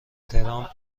ترامپ